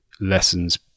lessons